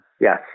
Yes